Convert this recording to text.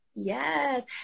yes